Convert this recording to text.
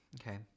Okay